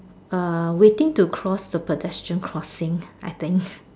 err waiting to cross the pedestrian crossing I think